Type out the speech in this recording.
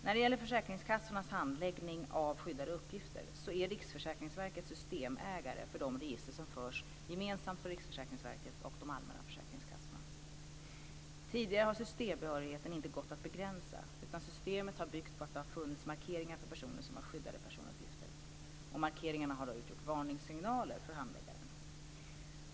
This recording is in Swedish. När det gäller försäkringskassornas handläggning av skyddade uppgifter så är Riksförsäkringsverket systemägare för de register som förs gemensamt för Riksförsäkringsverket och de allmänna försäkringskassorna. Tidigare har systembehörigheten inte gått att begränsa, utan systemet har byggt på att det har funnits markeringar för personer som har skyddade personuppgifter. Markeringarna har då utgjort varningssignaler för handläggaren.